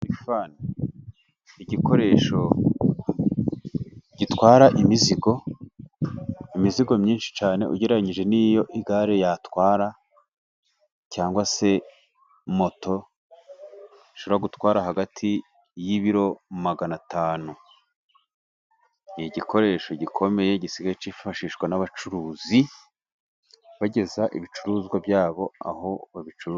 Igikoresho gitwara imizigo, imizigo myinshi cyane, ugereranyije n'iyo igare yatwara, cyangwa se moto, ishobora gutwara hagati y'ibiro maganatanu, ni igikoresho gikomeye gisigaye cyifashishwa n'abacuruzi, bageza ibicuruzwa byabo aho babicuruza.